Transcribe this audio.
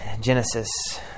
Genesis